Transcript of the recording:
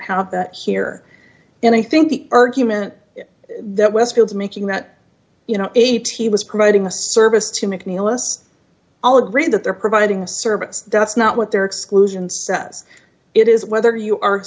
that here and i think the argument that westfield making that you know eight he was providing a service to mcneil us all agreed that they're providing a service that's not what they're exclusions says it is whether you are